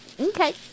Okay